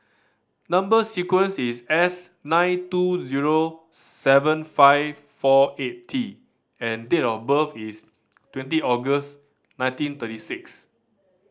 number sequence is S nine two zero seven five four eight T and date of birth is twenty August nineteen thirty six